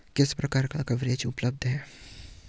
किस प्रकार का कवरेज उपलब्ध है?